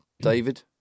David